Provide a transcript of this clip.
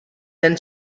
then